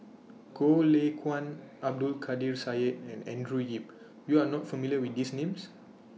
Goh Lay Kuan Abdul Kadir Syed and Andrew Yip YOU Are not familiar with These Names